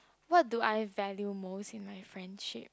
what do I value most in my friendship